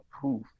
proof